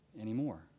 anymore